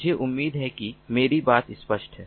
मुझे उम्मीद है कि मेरी बात स्पष्ट है